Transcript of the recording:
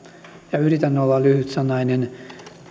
ja yritän olla lyhytsanainen elikkä